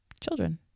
children